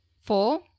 four